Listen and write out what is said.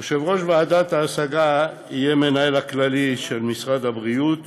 יושב-ראש ועדת ההשגה יהיה המנהל הכללי של משרד הבריאות